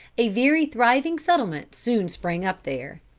a very thriving settlement soon sprang up there.